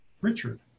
Richard